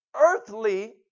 earthly